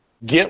Get